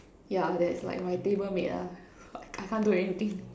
yeah that's like my table mate lah I can't do anything